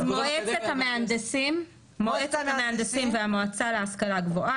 אז מועצת המהנדסים והמועצה להשכלה גבוהה